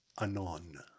anon